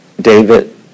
David